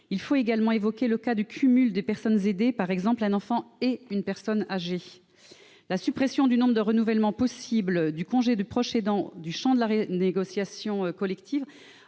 Il faut également évoquer le cas du cumul des personnes aidées, par exemple un enfant et une personne âgée. La suppression du nombre de renouvellements possibles du congé de proche aidant du champ de la négociation collective